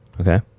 okay